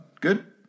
Good